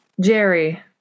Jerry